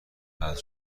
حذف